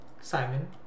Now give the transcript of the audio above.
Simon